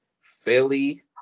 Philly